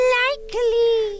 likely